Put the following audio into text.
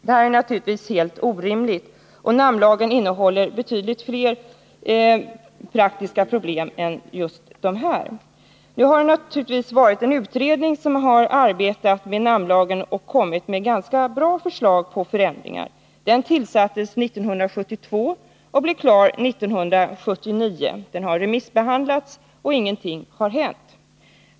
Det här är naturligtvis helt orimligt, och namnlagen innehåller dessutom betydligt fler praktiska problem än just de här. Nu har en utredning arbetat med namnlagen och kommit med ganska bra förslag till förändringar. Utredningen tillsattes år 1972 och blev klar 1979. Betänkandet har remissbehandlats, men ingenting har hänt.